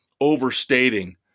overstating